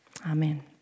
Amen